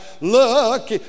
Look